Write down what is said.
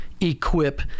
equip